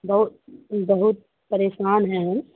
بہت بہت پریشان ہیں ہم